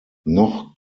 noch